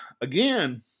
again